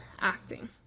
acting